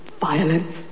violence